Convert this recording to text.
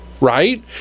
Right